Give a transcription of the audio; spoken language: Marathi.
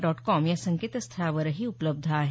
डॉट कॉम या संकेतस्थळावरही उपलब्ध आहे